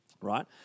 right